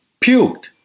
puked